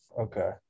okay